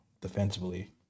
defensively